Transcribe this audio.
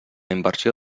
inversió